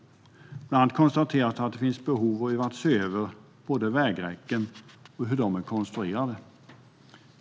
Bland annat konstateras att det finns behov av att se över hur våra vägräcken är konstruerade.